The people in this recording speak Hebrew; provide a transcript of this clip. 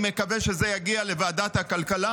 אני מקווה שזה יגיע לוועדת הכלכלה.